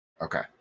Okay